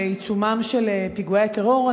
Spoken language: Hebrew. בעיצומם של פיגועי הטרור,